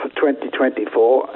2024